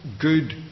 good